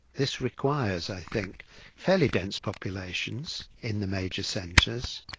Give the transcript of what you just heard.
this requires i think fairly dense populations in the major centres.